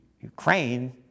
Ukraine